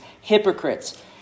hypocrites